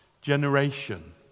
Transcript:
generation